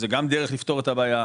זה גם דרך לפתור את הבעיה.